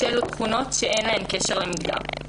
שאלו תכונות שאין להן קשר למגדר."